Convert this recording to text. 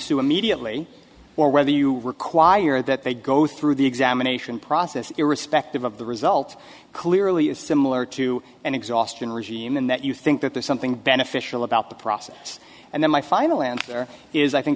sue immediately or whether you require that they go through the examination process irrespective of the result clearly it's similar to an exhaustion regime and that you think that there's something beneficial about the process and then my final answer is i think